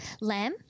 Lamb